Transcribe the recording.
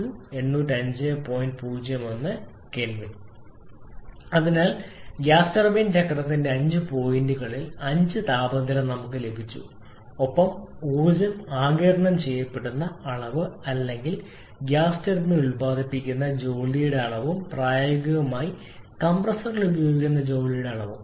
01 𝐾 അതിനാൽ gas turbine ചക്രത്തിന്റെ അഞ്ച് പോയിന്റുകളിൽ അഞ്ച് താപനില ലഭിച്ചു ഒപ്പം ഊർജ്ജം ആഗിരണം ചെയ്യപ്പെടുന്ന അളവ് അല്ലെങ്കിൽ ഗ്യാസ് ടർബൈൻ ഉൽപാദിപ്പിക്കുന്ന ജോലിയുടെ അളവുംപ്രായോഗികമായി കംപ്രസ്സർ ഉപയോഗിക്കുന്ന ജോലിയുടെ അളവും